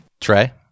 Trey